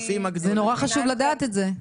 נורא חשוב לדעת את זה.